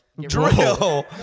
drill